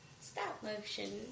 stop-motion